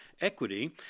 equity